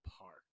Park